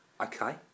Okay